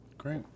Great